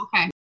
okay